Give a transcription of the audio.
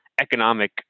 economic